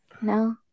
No